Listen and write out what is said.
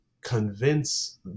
convince